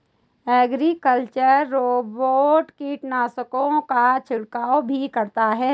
agricultural robot कीटनाशकों का छिड़काव भी करता है